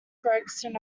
gregson